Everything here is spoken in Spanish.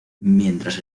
mientras